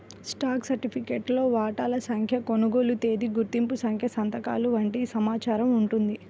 stock సర్టిఫికేట్లో వాటాల సంఖ్య, కొనుగోలు తేదీ, గుర్తింపు సంఖ్య సంతకాలు వంటి సమాచారం ఉంటుంది